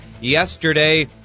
yesterday